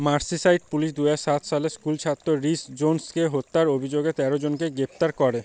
Merseyside police দু হাজার সাত সালে স্কুল ছাত্র রিস জোনসকে হত্যার অভিযোগে তেরো জনকে গ্রেপ্তার করে